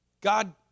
God